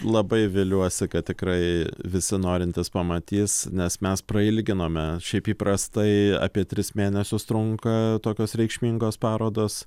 labai viliuosi kad tikrai visi norintys pamatys nes mes prailginome šiaip įprastai apie tris mėnesius trunka tokios reikšmingos parodos